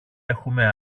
έχουμε